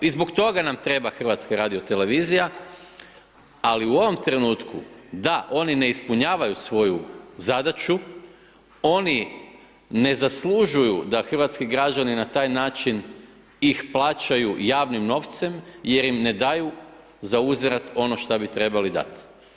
I zbog toga nam treba HRT, ali u ovom trenutku, da oni ne ispunjavaju svoju zadaću, oni ne zaslužuju da hrvatski građani na taj način ih plaćaju javnim novcem jer im ne daju zauzvrat ono što bi trebali dat.